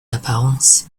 apparences